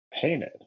painted